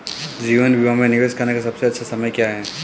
जीवन बीमा में निवेश करने का सबसे अच्छा समय क्या है?